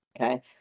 okay